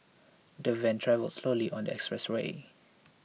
the van travelled slowly on the expressway